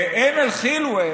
בעין אל-חילווה